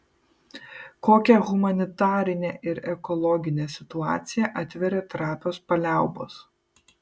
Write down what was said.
kokią humanitarinę ir ekologinę situaciją atveria trapios paliaubos